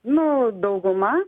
nu dauguma